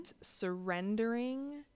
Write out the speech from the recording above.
surrendering